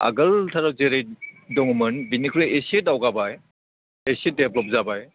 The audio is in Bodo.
आगोलथार जेरै दङमोन बिनिख्रुइ एसे दावगाबाय एसे डेभेलप जाबाय